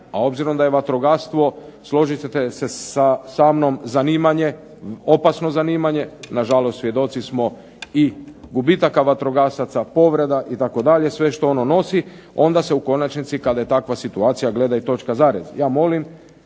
a obzirom da je vatrogastvo složit ćete se sa mnom zanimanje, opasno zanimanje, nažalost svjedoci smo i gubitaka vatrogasaca, povreda itd., sve što ono nosi, onda se u konačnici kada je takva situacija gleda i točka zarez.